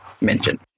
mention